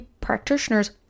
practitioners